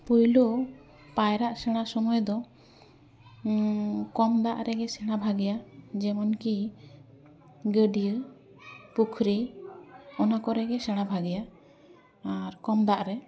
ᱯᱳᱭᱞᱳ ᱯᱟᱭᱨᱟᱜ ᱥᱮᱬᱟ ᱥᱚᱢᱚᱭ ᱫᱚ ᱠᱚᱢ ᱫᱟᱜ ᱨᱮᱜᱮ ᱥᱮᱬᱟ ᱵᱷᱟᱹᱜᱤᱭᱟ ᱡᱮᱢᱚᱱ ᱠᱤ ᱜᱟᱹᱰᱭᱟᱹ ᱯᱩᱠᱷᱨᱤ ᱚᱱᱟ ᱠᱚᱨᱮᱜᱮ ᱥᱮᱬᱟ ᱵᱷᱟᱹᱜᱤᱭᱟ ᱟᱨ ᱠᱚᱢ ᱫᱟᱜ ᱨᱮ